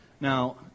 Now